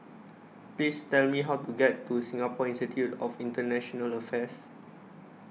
Please Tell Me How to get to Singapore Institute of International Affairs